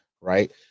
right